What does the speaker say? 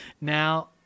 Now